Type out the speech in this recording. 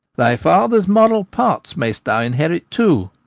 thy father's moral parts mayst thou inherit too!